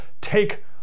take